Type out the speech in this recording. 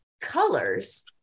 colors